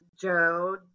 Joe